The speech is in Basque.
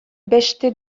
beste